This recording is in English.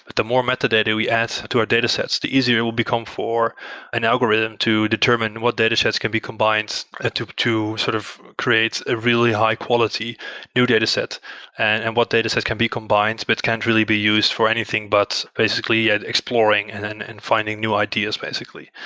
the more metadata we add to our data sets, the easier will become for an algorithm to determine what data sets can be combined so ah to to sort of create a really high-quality new data set and what data set can be combined, but can't really be used for anything but basically at exploring and and finding new ideas basically.